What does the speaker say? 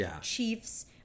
Chiefs